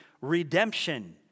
redemption